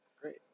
Great